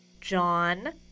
John